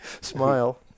smile